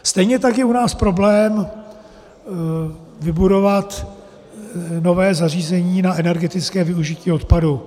Stejně tak je u nás problém vybudovat nové zařízení na energetické využití odpadu.